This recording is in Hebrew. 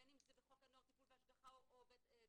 בין אם זה בחוק הנוער (טיפול והשגחה) או (שפיטה,